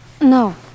No